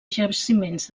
jaciments